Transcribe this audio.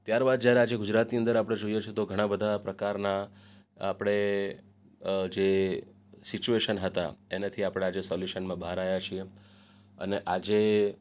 ત્યારબાદ જ્યારે આજે ગુજરાતની અંદર આપણે જોઈએ છે તો ઘણા બધા પ્રકારના આપણે જે સિચુએશન હતા એનાથી આપણે આજે સોલ્યૂશનમાં બહાર આવ્યા છીએ અને આજે